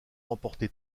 remporté